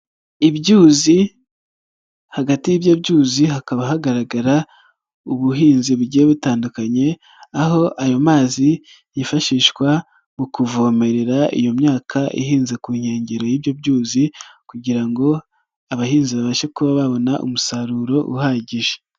Ibyuzi hagati y'ibyo byuzi hakaba hagaragara ubuhinzi bugiye butandukanye, aho ayo mazi yifashishwa mu kuvomerera iyo myaka ihinze ku nkengero y'ibyo byuzi kugira ngo abahinzi babashe kuba babona umusaruro uhagije.